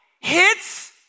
hits